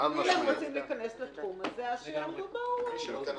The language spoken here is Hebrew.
אם הם רוצים להיכנס לתחום אז שיעמדו בהוראות.